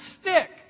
stick